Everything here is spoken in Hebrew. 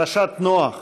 פרשת נח,